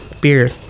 Beer